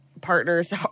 partner's